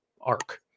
arc